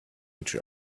each